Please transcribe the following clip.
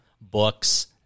books